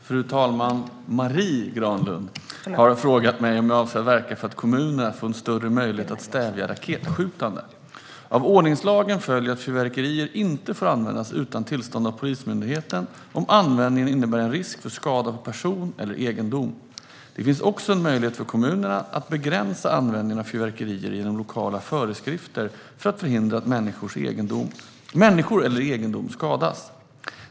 Fru talman! Marie Granlund har frågat mig om jag avser att verka för att kommunerna får en större möjlighet att stävja raketskjutande. Av ordningslagen följer att fyrverkerier inte får användas utan tillstånd av Polismyndigheten om användningen innebär en risk för skada på person eller egendom. Det finns också en möjlighet för kommunerna att begränsa användningen av fyrverkerier genom lokala föreskrifter för att förhindra att människor eller egendom skadas.